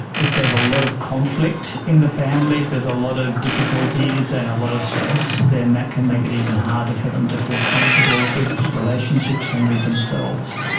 if there's a lot of conflict in the family, if there's a lot of difficulties and a lot of stress, then that can make it even harder for them to feel comfortable with relationships and with themselves.